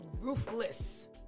ruthless